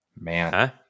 Man